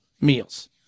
meals